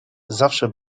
zawsze